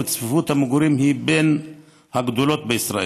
וצפיפות המגורים היא בין הגדולות בישראל.